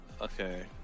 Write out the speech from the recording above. Okay